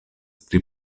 pri